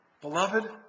beloved